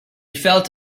felt